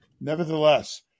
nevertheless